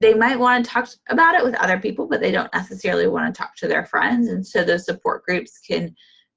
they might want to talk about it with other people but they don't necessarily want to talk to their friends. and so, those support groups can